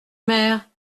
mère